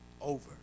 over